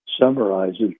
summarizes